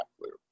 loop